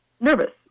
nervous